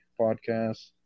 podcast